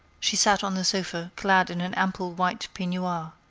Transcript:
she sat on the sofa, clad in an ample white peignoir,